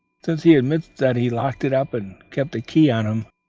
since he admits that he locked it up and kept the key on him.